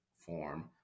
form